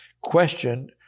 question